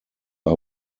are